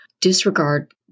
disregard